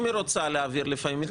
אם הוא רוצה להעביר לפעמים,